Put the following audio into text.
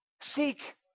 seek